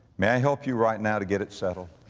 may i help you right now to get it settled?